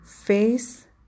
face